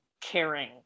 caring